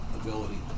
ability